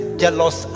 jealous